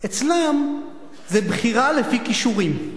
אצלם זה בחירה לפי כישורים.